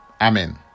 amen